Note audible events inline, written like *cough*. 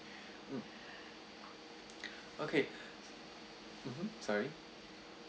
mm *noise* okay *breath* mmhmm sorry